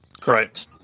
Correct